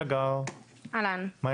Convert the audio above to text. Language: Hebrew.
אני